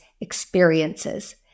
experiences